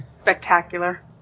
spectacular